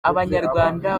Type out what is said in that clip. abanyarwanda